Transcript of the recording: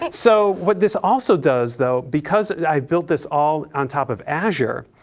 and so what this also does though, because i built this all on top of azure,